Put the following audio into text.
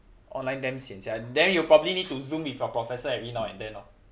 online damn sian sia then you probably need to zoom with professor every now and then lor